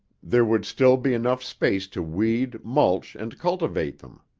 there would still be enough space to weed, mulch and cultivate them.